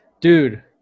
dude